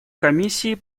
комиссии